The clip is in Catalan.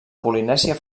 polinèsia